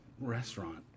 restaurant